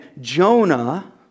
Jonah